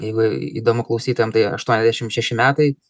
jeigu įdomu klausytojam tai aštuoniasdešim šeši metais